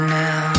now